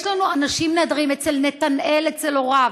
יש לנו אנשים נהדרים, אצל נתנאל, אצל הוריו,